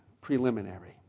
preliminary